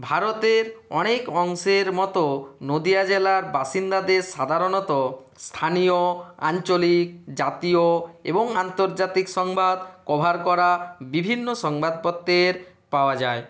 ভারতের অনেক অংশের মতো নদীয়া জেলার বাসিন্দাদের সাধারণত স্থানীয় আঞ্চলিক জাতীয় এবং আন্তর্জাতিক সংবাদ কভার করা বিভিন্ন সংবাদপত্রের পাওয়া যায়